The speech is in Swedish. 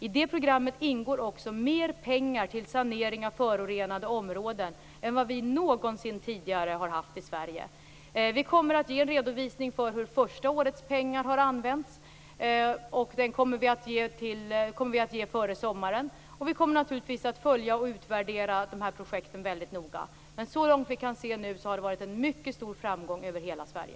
I programmet ingår också mer pengar till sanering av förorenade områden än någonsin tidigare i Sverige. Vi kommer före sommaren att redovisa hur första årets pengar har använts. Vi kommer naturligtvis att följa och utvärdera de här projekten väldigt noga. Så långt vi kan se nu har det varit en mycket stor framgång över hela Sverige.